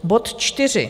Bod čtyři.